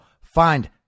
find